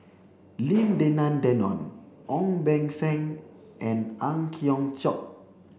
Lim Denan Denon Ong Beng Seng and Ang Hiong Chiok